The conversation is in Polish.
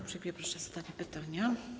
Uprzejmie proszę o zadanie pytania.